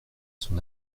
son